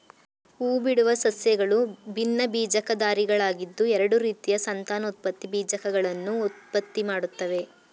ಹೂಬಿಡುವ ಸಸ್ಯಗಳು ಭಿನ್ನಬೀಜಕಧಾರಿಗಳಾಗಿದ್ದು ಎರಡು ರೀತಿಯ ಸಂತಾನೋತ್ಪತ್ತಿ ಬೀಜಕಗಳನ್ನು ಉತ್ಪತ್ತಿಮಾಡ್ತವೆ